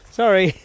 sorry